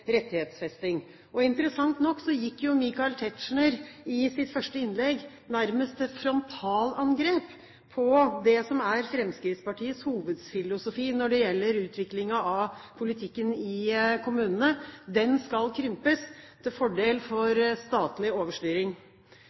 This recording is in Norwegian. rettighetsfesting. Interessant nok gikk Michael Tetzschner i sitt første innlegg nærmest til frontalangrep på Fremskrittspartiets hovedfilosofi når det gjelder utviklingen av politikken i kommunene. Den skal krympes til fordel for statlig overstyring.